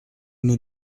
nous